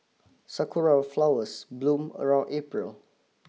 sakura flowers bloom around April